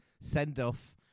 send-off